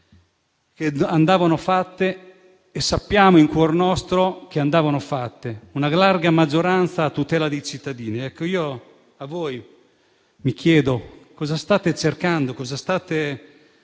andavano fatte e sappiamo in cuor nostro che andavano fatte, in larga parte, a tutela dei cittadini. È a voi che chiedo cosa state cercando e cosa state